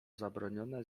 zabronione